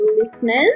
listeners